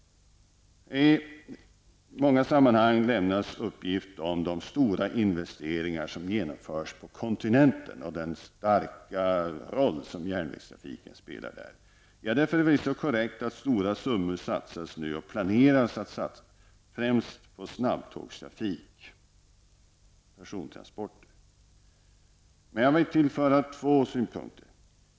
I många sammanhang lämnas uppgift om de stora investeringar som genomförs på kontinenten och om den stora roll som järnvägstrafiken där spelar. Det är förvisso korrekt att stora summor nu satsas eller planeras att satsas på främst snabbtågstrafiken för persontransporter. Jag vill här tillföra två synpunkter.